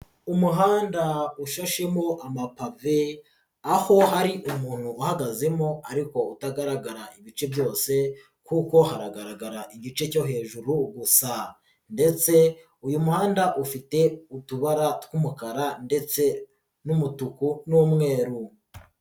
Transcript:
Umuhanda ushashemo amapave, aho hari umuntu uhagazemo ariko utagaragara ibice byose kuko haragaragara igice cyo hejuru gusa ndetse uyu muhanda ufite utubara tw'umukara ndetse n'umutuku n'umweru.